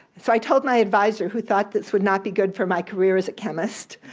so i told my adviser, who thought this would not be good for my career as a chemist,